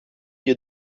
you